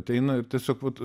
ateina ir tiesiog vat